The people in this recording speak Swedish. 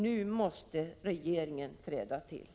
Nu måste regeringen träda in.